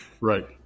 Right